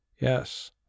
yes